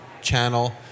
channel